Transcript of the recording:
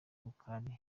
rukali